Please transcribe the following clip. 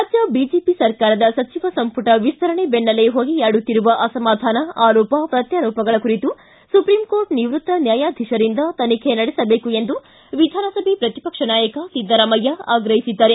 ರಾಜ್ಯ ಬಿಜೆಪಿ ಸರ್ಕಾರದ ಸಚಿವ ಸಂಪುಟ ವಿಸ್ತರಣೆ ಬೆನ್ನಲ್ಲೇ ಹೊಗೆಯಾಡುತ್ತಿರುವ ಅಸಮಾಧಾನ ಆರೋಪ ಪ್ರತ್ಯಾರೋಪಗಳ ಕುರಿತು ಸುಪ್ರೀಂಕೋರ್ಟ್ ನಿವೃತ್ತ ನ್ಯಾಯಾಧೀಶರಿಂದ ತನಿಖೆ ನಡೆಸಬೇಕು ಎಂದು ವಿಧಾನಸಭೆ ಪ್ರತಿಪಕ್ಷ ನಾಯಕ ಸಿದ್ದರಾಮಯ್ಯ ಆಗ್ರಹಿಸಿದ್ದಾರೆ